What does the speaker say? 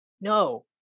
no